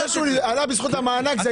זה שהוא עלה בזכות המענק,